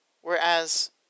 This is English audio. Whereas